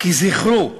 כי זכרו,